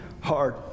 hard